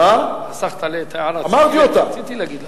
רציתי להגיד אותה.